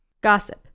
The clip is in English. Gossip